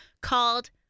called